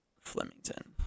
Flemington